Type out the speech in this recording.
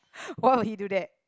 why would he do that